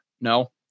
no